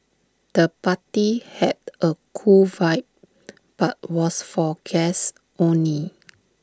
the party had A cool vibe but was for guests only